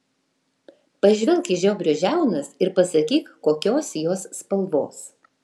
pažvelk į žiobrio žiaunas ir pasakyk kokios jos spalvos